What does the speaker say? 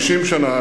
50 שנה.